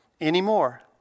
anymore